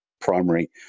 primary